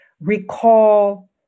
recall